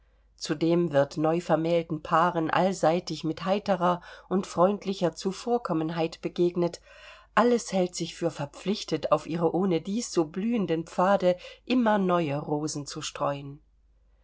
zudem wird neuvermählten paaren allseitig mit heiterer und freundlicher zuvorkommenheit begegnet alles hält sich für verpflichtet auf ihre ohnedies so blühenden pfade immer neue rosen zu streuen